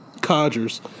codgers